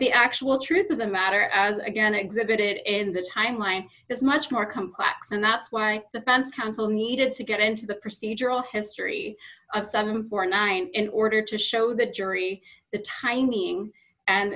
the actual truth of the matter as again exhibit it in the timeline is much more complex and that's why the fence council needed to get into the procedural history of seven for nine in order to show the jury the tiny thing and